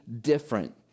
different